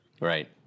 Right